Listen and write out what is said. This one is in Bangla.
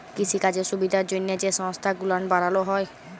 কিসিকাজের সুবিধার জ্যনহে যে সংস্থা গুলান বালালো হ্যয়